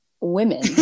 women